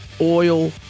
oil